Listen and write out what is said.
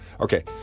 Okay